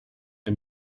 and